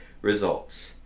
results